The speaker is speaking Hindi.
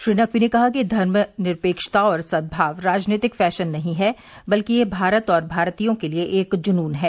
श्री नकवी ने कहा कि धर्मनिरपेक्षता और सद्भाव राजनीतिक फैशन नहीं है बल्कि यह भारत और भारतीयों के लिए एक जूनून है